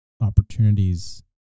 opportunities